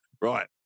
Right